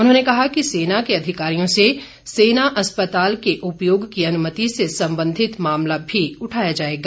उन्होंने कहा कि सेना के अधिकारियों से सेना अस्पताल के उपयोग की अनुमति से संबंधित मामला भी उठाया जाएगा